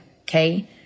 Okay